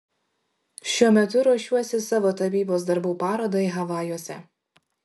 šiuo metu ruošiuosi savo tapybos darbų parodai havajuose